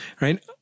Right